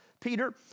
Peter